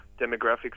demographics